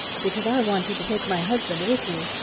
because i want you to take my husband with you.